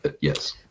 Yes